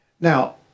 Now